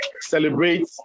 celebrate